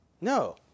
No